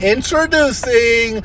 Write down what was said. Introducing